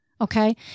Okay